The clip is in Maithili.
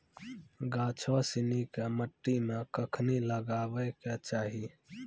गाछो सिनी के मट्टी मे कखनी लगाबै के चाहि?